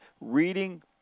reading